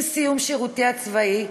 עם סיום שירותי הצבאי,